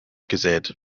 gesät